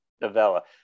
novella